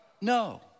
No